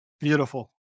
Beautiful